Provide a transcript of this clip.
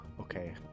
okay